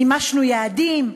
מימשנו יעדים?